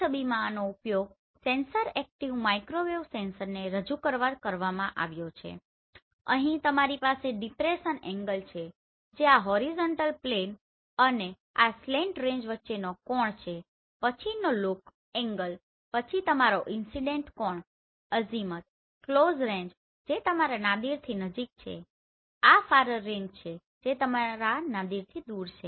આ છબીમાં આનો ઉપયોગ સેન્સર એક્ટીવ માઇક્રોવેવ સેન્સરને રજૂ કરવા માટે કરવામાં આવ્યો છે અને અહીં તમારી પાસે ડિપ્રેસન એંગલ છે જે આ હોરિઝોન્ટલ પ્લેન અને આ સ્લેંટ રેન્જ વચ્ચેનો કોણ છે પછીનો લૂક એન્ગલ પછી તમારો ઇન્સીડેંટ કોણ અઝીમથ ક્લોઝ રેન્જ જે તમારા નાદિરની નજીક છે આ ફારરેંજ છે જે તમારા નાદિરથી દૂર છે